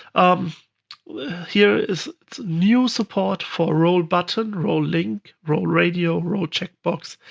um here is new support for a role button, role link, role radio, role check box,